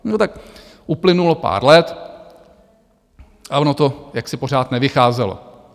No tak uplynulo pár let a ono to jaksi pořád nevycházelo.